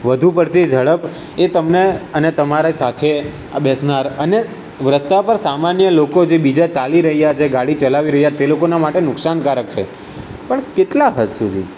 વધુ પડતી ઝડપ એ તમને અને તમારી સાથે આ બેસનાર અને રસ્તા પર સમાન્ય લોકો જે બીજા ચાલી રહ્યા છે ગાડી ચલાવી રહ્યા તે લોકોના માટે નુકસાનકારક છે પણ કેટલા હદ સુધી